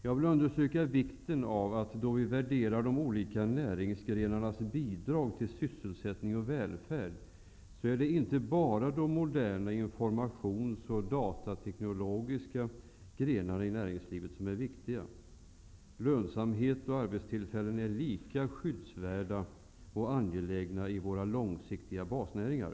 Jag vill understryka, att då vi värderar de olika näringsgrenarnas bidrag till sysselsättning och välfärd, är det inte bara de moderna informationsoch datateknologiska grenarna i näringslivet som är viktiga. Lönsamhet och arbetstillfällen är lika skyddsvärda och angelägna i våra långsiktiga basnäringar.